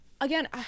again